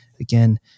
again